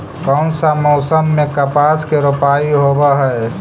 कोन सा मोसम मे कपास के रोपाई होबहय?